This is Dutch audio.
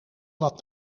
wat